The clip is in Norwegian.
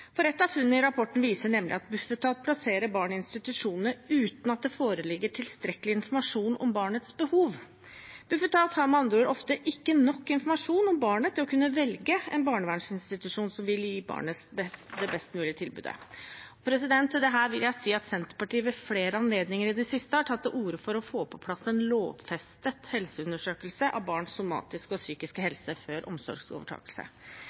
av funnene i rapporten viser nemlig at Bufetat plasserer barn i institusjoner uten at det foreligger tilstrekkelig informasjon om barnets behov. Bufetat har med andre ord ofte ikke nok informasjon om barnet til å kunne velge en barnevernsinstitusjon som vil gi barnet det best mulige tilbudet. Senterpartiet har ved flere anledninger i det siste tatt til orde for å få på plass en lovfestet helseundersøkelse av barns somatiske og psykiske